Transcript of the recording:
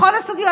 בכל הסוגיות.